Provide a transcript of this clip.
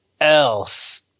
else